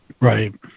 right